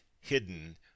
hidden